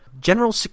General